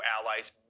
allies